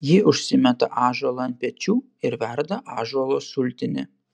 ji užsimeta ąžuolą ant pečių ir verda ąžuolo sultinį